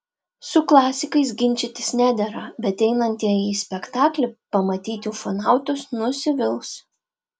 su klasikais ginčytis nedera bet einantieji į spektaklį pamatyti ufonautus nusivils